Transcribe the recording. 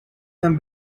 some